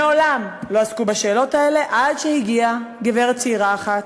מעולם לא עסקו בשאלות האלה עד שהגיעה גברת צעירה אחת,